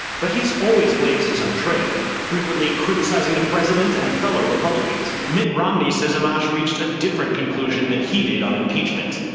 but he's always blazed his own trail. frequently criticizing the president and fellow republicans. mitt romney says amash reached a different conclusion than he did on impeachment.